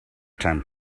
time